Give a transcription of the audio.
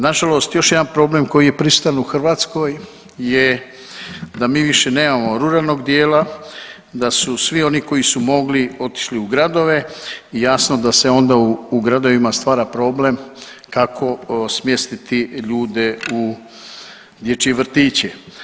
Nažalost, još jedan problem koji je prisutan u Hrvatskoj je da mi više nemamo ruralnog dijela, da su svi oni koji su mogli otišli u gradove i jasno da se onda u gradovima stvara problem kako smjestiti ljude u dječje vrtiće.